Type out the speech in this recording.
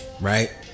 right